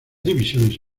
divisiones